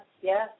yes